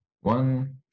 One